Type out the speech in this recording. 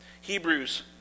Hebrews